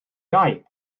iau